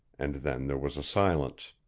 and then there was a silence.